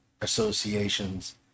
associations